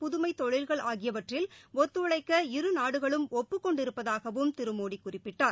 புதுமை தொழில்கள் ஆகியவற்றில் ஒத்துழைக்க இருநாடுகளும் ஒப்புக் கொண்டிருப்பதாகவும் திரு மோடி குறிப்பிட்டார்